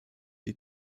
die